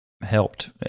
helped